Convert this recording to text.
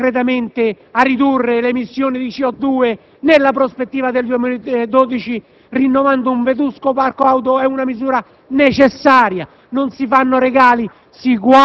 Se guardiamo a ridurre concretamente le emissioni di CO2 nella prospettiva del 2012, rinnovando un vetusto parco-auto, è una misura necessaria.